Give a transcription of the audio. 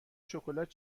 شکلات